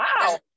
wow